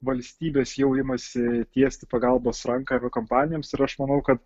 valstybės jau imasi tiesti pagalbos ranką aviakompanijoms ir aš manau kad